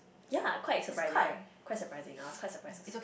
ya quite surprising right quite surprising I was quite surprised also